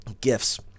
gifts